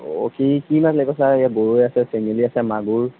অঁ কি কি মাছ লাগিব চা ইয়াত গৰৈ আছে চেঙেলি আছে মাগুৰ